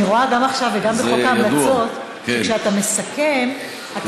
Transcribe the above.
אני רואה שגם עכשיו וגם בחוק ההמלצות שכשאתה מסכם אתה